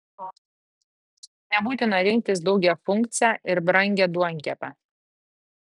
nebūtina rinktis daugiafunkcę ir brangią duonkepę